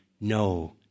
no